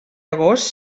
agost